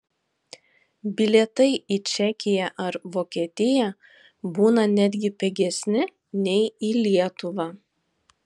bilietai į čekiją ar vokietiją būna netgi pigesni nei į lietuvą